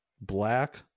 black